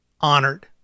honored